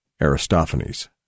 Aristophanes